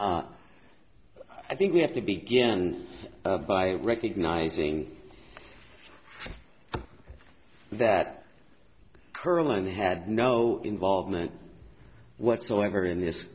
d i think we have to begin by recognizing that earl and had no involvement whatsoever in this